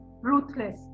ruthless